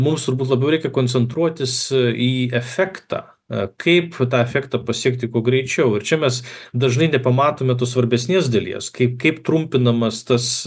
mūsų labiau reikia koncentruotis į efektą kaip tą efektą pasiekti kuo greičiau ir čia mes dažnai nepamatome tos svarbesnės dalies kaip kaip trumpinamas tas